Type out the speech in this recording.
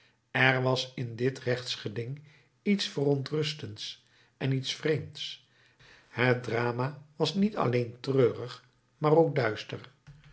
er was in dit rechtsgeding iets verontrustends en iets vreemds het drama was niet alleen treurig maar ook duister